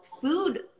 food